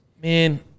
Man